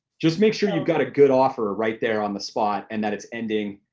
just make sure you've got a good offer right there on the spot and that it's ending.